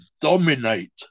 dominate